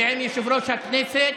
ועם יושב-ראש הכנסת,